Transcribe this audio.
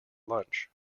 lunch